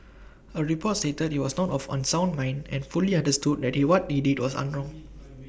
A report stated he was not of unsound mind and fully understood that he what he did was wrong